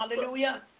Hallelujah